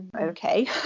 Okay